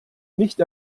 nicht